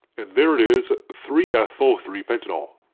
and there it is, three ethyl three pentanol.